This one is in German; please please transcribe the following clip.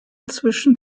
zwischen